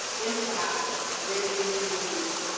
impact rent increases